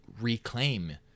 reclaim